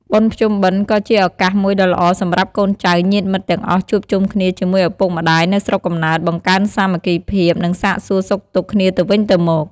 បុណ្យភ្ជុំបិណ្ឌ ក៏ជាឱកាសមួយដ៏ល្អសម្រាប់កូនចៅ ញាតិមិត្តទាំងអស់ជួបជុំគ្នាជាមួយឪពុកម្ដាយនៅស្រុកកំណើត បង្កើនសាមគ្គីភាព និងសាកសួរសុខទុក្ខគ្នាទៅវិញទៅមក។